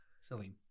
Celine